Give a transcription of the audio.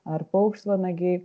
ar paukštvanagiai